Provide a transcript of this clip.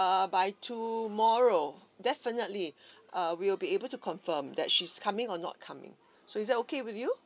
uh by tomorrow definitely uh we will be able to confirm that she's coming or not coming so is that okay with you